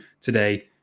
today